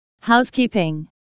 housekeeping